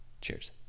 cheers